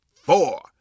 four